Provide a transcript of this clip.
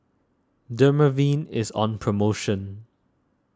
Dermaveen is on promotion